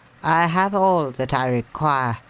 i have all that i require,